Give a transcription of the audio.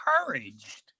encouraged